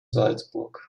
salzburg